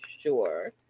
sure